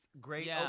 great